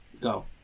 go